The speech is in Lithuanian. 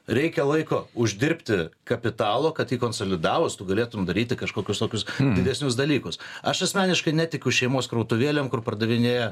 reikia laiko uždirbti kapitalo kad jį konsolidavus tu galėtum daryti kažkokius tokius didesnius dalykus aš asmeniškai netikiu šeimos krautuvėlėm kur pardavinėja